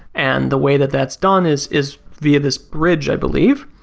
and the way that that's done is is via this bridge i believe.